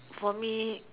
for me